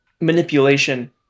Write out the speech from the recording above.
manipulation